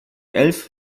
elf